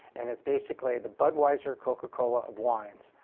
and it's basically the budweiser, coca cola of wines,